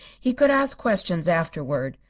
he could ask questions afterward.